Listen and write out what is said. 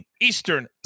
Eastern